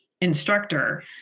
instructor